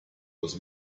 was